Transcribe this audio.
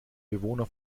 bewohner